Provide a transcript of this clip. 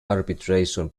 arbitration